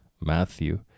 Matthew